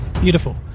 beautiful